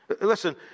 Listen